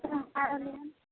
हम आ रहली हँ